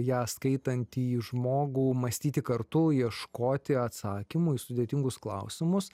ją skaitantįjį žmogų mąstyti kartu ieškoti atsakymų į sudėtingus klausimus